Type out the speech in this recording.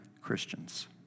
Christians